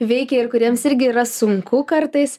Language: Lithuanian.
veikia ir kuriems irgi yra sunku kartais